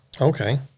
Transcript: okay